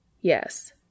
Yes